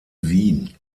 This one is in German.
wien